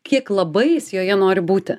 kiek labai jis joje nori būti